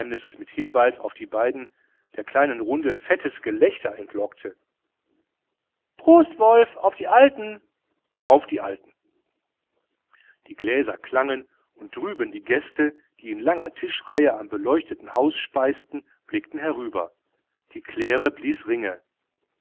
mit hinweis auf die beiden der kleinen runde fettes gelächter entlockte prost wolf auf die alten auf die alten die gläser klangen und drüben die gäste die in langer tischreihe am beleuchteten haus speisten blickten herüber die claire blies ringe